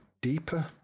Deeper